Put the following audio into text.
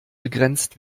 begrenzt